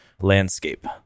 landscape